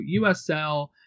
usl